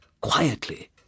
quietly